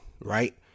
right